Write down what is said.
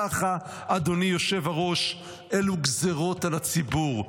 ככה, אדוני היושב-ראש, אלו גזרות על הציבור.